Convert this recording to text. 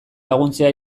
laguntzea